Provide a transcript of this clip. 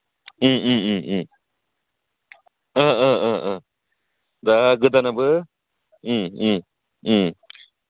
दा गोदानाबो